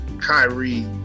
Kyrie